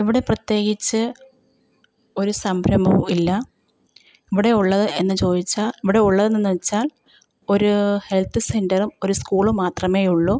ഇവിടെ പ്രത്യേകിച്ച് ഒരു സംരംഭവും ഇല്ല ഇവിടെ ഉള്ളത് എന്നു ചോദിച്ചാൽ ഇവിടെ ഉള്ളതു തന്നെയാണ് വെച്ചാൽ ഒരു ഹെൽത്ത് സെൻ്ററും ഒരു സ്കൂളും മാത്രമേയുള്ളൂ